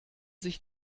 sich